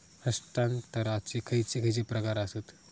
हस्तांतराचे खयचे खयचे प्रकार आसत?